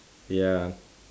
ya